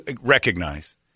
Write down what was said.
recognize